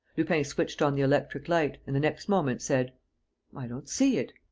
lupin switched on the electric light and, the next moment, said i don't see it.